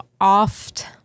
oft